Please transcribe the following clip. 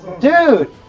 dude